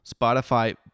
Spotify